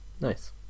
nice